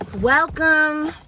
welcome